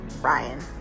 Ryan